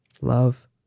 Love